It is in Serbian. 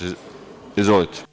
Izvolite.